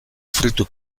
fruitu